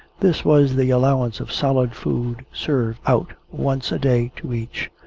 this was the allowance of solid food served out once a-day to each,